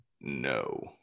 No